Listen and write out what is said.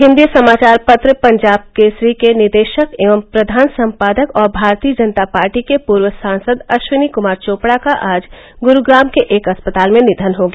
हिंदी समाचार पत्र पंजाब केसरी के निदेशक एवं प्रधान संपादक और भारतीय जनता पार्टी के पूर्व सांसद अश्विनी कुमार चोपड़ा का आज गुरुग्राम के एक अस्पताल में निधन हो गया